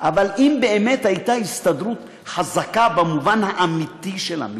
אבל אם באמת הייתה הסתדרות חזקה במובן האמיתי של המילה,